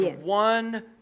one